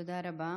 תודה רבה.